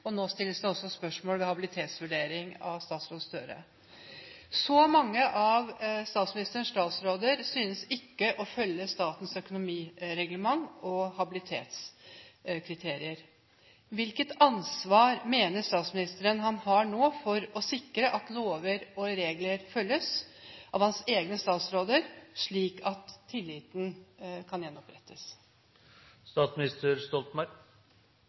og nå stilles det også spørsmål ved habiliteten til utenriksminister Gahr Støre. Så mange av statsministerens statsråder synes ikke å følge statens økonomireglement og habilitetskriterier. Hvilket ansvar mener statsministeren han har nå for å sikre at lover og regler følges av hans egne statsråder, slik at tilliten kan